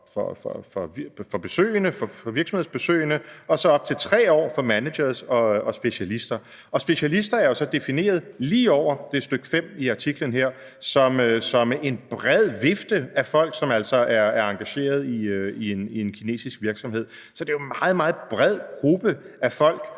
for virksomhedsbesøgende og så op til 3 år for managers og specialister. Og »specialister« er så defineret lige over – det er stk. 5 i artiklen her – som en bred vifte af folk, som altså er engagerede i en kinesisk virksomhed. Så det er jo en meget, meget bred gruppe af folk,